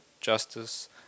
justice